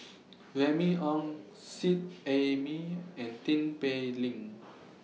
Remy Ong Seet Ai Mee and Tin Pei Ling